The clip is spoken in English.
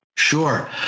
Sure